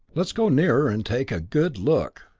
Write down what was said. let's go nearer and take a good look.